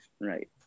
Right